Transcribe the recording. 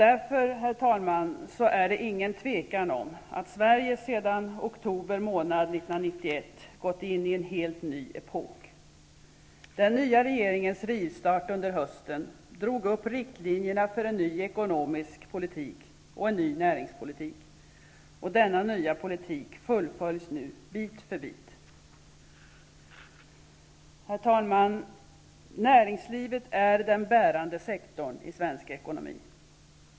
Därför, herr talman, är det inget tvivel om att Sverige sedan oktober månad 1991 gått in i en helt ny epok. Den nya regeringens rivstart under hösten drog upp riktlinjerna för en ny ekonomisk politik och en ny näringspolitik. Denna nya politik fullföljs nu bit för bit. Herr talman! Näringslivet är den bärande sektorn i svensk ekonomi.